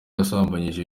yasambanyije